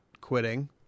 quitting